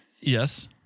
Yes